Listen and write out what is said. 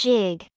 Jig